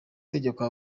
tegeko